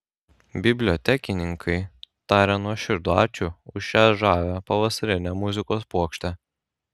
bibliotekininkai taria nuoširdų ačiū už šią žavią pavasarinę muzikos puokštę